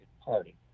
party